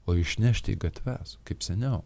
o išnešti į gatves kaip seniau